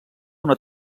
una